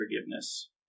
forgiveness